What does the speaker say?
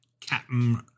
Captain